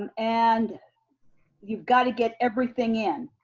and and you've gotta get everything in.